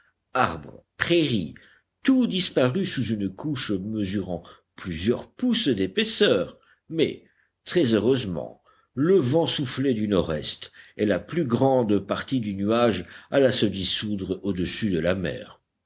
arbres prairies tout disparut sous une couche mesurant plusieurs pouces d'épaisseur mais très heureusement le vent soufflait du nordest et la plus grande partie du nuage alla se dissoudre au-dessus de la mer